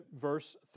verse